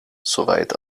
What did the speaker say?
soweit